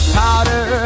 powder